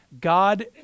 God